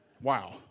Wow